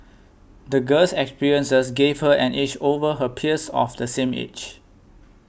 the girl's experiences gave her an edge over her peers of the same age